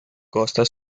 costa